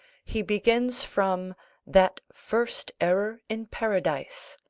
he begins from that first error in paradise,